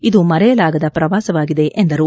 ಇದು ಮರೆಯಲಾಗದ ಪ್ರವಾಸವಾಗಿದೆ ಎಂದರು